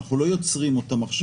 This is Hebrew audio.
אנחנו לא יוצרים אותן עכשיו.